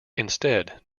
instead